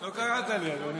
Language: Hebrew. לא קראת לי, אדוני.